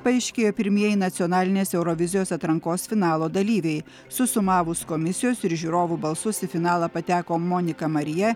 paaiškėjo pirmieji nacionalinės eurovizijos atrankos finalo dalyviai susumavus komisijos ir žiūrovų balsus į finalą pateko monika marija